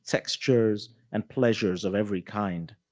textures and pleasures of every kind.